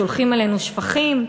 שולחים אלינו שפכים.